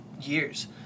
years